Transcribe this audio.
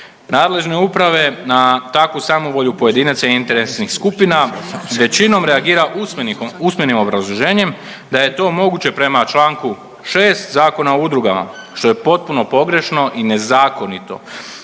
Nadležne uprave na takvu samovolju pojedinaca i interesnih skupina s većinom reagira usmenih, usmenim obrazloženjem da je to moguće prema Članku 6. Zakona o udruga što je potpuno pogrešno i nezakonito